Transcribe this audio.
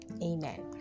amen